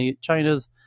China's